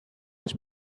its